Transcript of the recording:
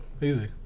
Easy